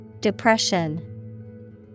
Depression